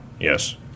Yes